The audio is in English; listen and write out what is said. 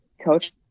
coach